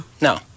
No